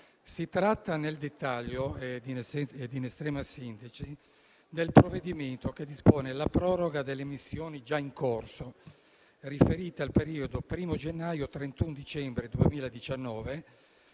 del 2016. Nel dettaglio, ma in estrema sintesi, si tratta di un provvedimento che dispone la proroga delle missioni già in corso riferite al periodo 1° gennaio-31 dicembre 2019,